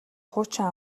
хуучин